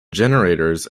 generators